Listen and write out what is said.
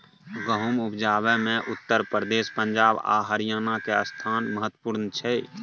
गहुम उपजाबै मे उत्तर प्रदेश, पंजाब आ हरियाणा के स्थान महत्वपूर्ण छइ